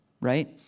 right